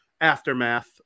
aftermath